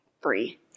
free